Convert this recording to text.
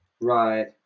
Right